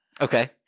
okay